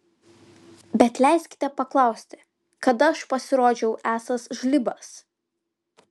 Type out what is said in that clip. bet leiskite paklausti kada aš pasirodžiau esąs žlibas